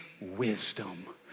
wisdom